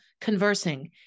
conversing